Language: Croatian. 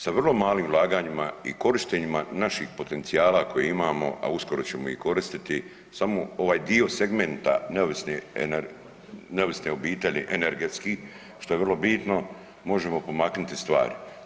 Sa vrlo malim ulaganjima i korištenjima naših potencijala koje imamo, a uskoro ćemo ih koristiti samo ovaj dio segmenta neovisne obitelji energetski što je vrlo bitno možemo pomaknuti stvari.